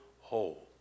whole